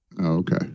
okay